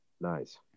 Nice